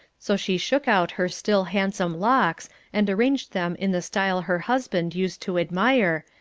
so she shook out her still handsome locks and arranged them in the style her husband used to admire,